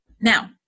Now